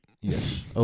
Yes